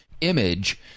image